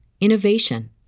innovation